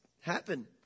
happen